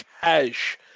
cash